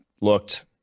looked